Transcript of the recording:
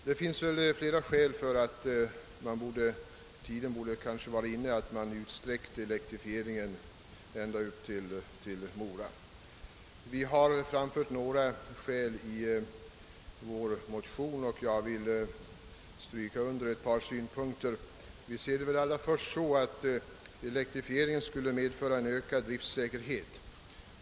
Det finns flera motiv för att tiden nu borde vara inne att utsträcka elektrifieringen ända upp till Mora. Vi har anfört några skäl i våra motioner, och jag vill understryka ett par synpunkter. Allra främst menar vi att en elektrifiering skulle medföra ökad driftsäkerhet.